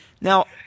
Now